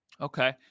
Okay